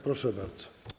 Proszę bardzo.